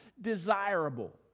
desirable